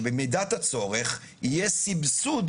שבמידת הצורך, יהיה סבסוד